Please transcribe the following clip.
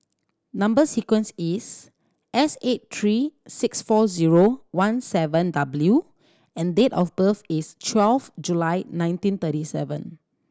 number sequence is S eight three six four zero one seven W and date of birth is twelve July nineteen thirty seven